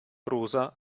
rosa